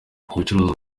ubucuruzi